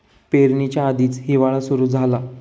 पेरणीच्या आधीच हिवाळा सुरू झाला